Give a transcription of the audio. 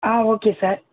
ah okay sir